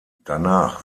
danach